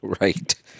Right